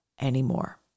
anymore